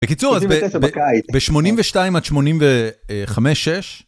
בקיצור, אז ב-82' עד 85'